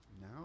now